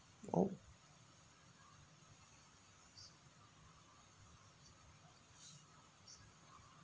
oh